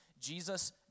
Jesus